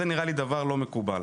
זה נראה לי דבר לא מקובל.